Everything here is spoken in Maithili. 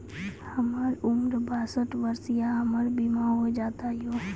हमर उम्र बासठ वर्ष या हमर बीमा हो जाता यो?